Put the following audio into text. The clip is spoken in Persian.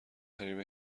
غریبه